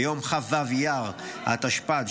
ביום כ"ו באייר התשפ"ד,